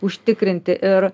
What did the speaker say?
užtikrinti ir